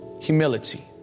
humility